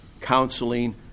counseling